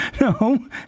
no